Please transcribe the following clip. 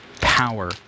power